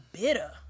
bitter